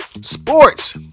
sports